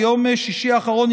ביום שישי האחרון,